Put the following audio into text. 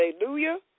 Hallelujah